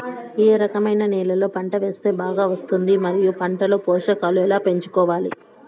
ఏ రకమైన నేలలో పంట వేస్తే బాగా వస్తుంది? మరియు పంట లో పోషకాలు ఎలా పెంచుకోవాలి?